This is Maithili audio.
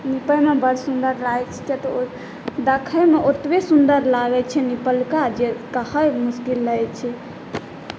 निपयमे बड़ सुन्दर लागैत छै किआ तऽ ओ देखयमे ओतबे सुन्दर लागैत छै निपलका जे कहब मुश्किल लागैत छै